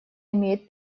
имеет